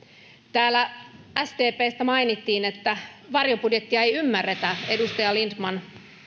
täällä sdpstä mainittiin että varjobudjettia ei ymmärretä edustaja lindtman